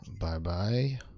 Bye-bye